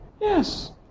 Yes